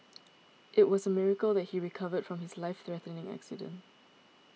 it was a miracle that he recovered from his life threatening accident